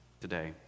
today